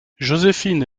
joséphine